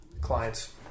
clients